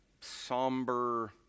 somber